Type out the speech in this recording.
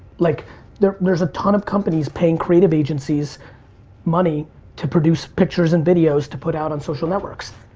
like there's there's a ton of companies paying creative agencies money to produce pictures and videos to put out on social networks.